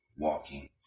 walking